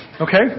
okay